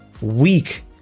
weak